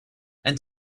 and